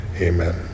Amen